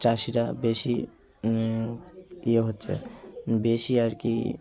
চাষিরা বেশি ইয়ে হচ্ছে বেশি আর কি